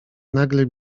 nagle